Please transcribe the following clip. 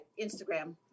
Instagram